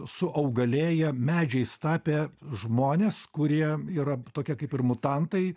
suaugalėję medžiais tapę žmonės kurie yra tokie kaip ir mutantai